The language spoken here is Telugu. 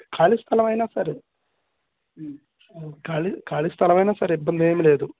ఖాళీ స్థలమైనా సరే ఖాళీ స్థలమైనా సరే ఇబ్బంది ఏమి లేదు